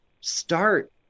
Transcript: start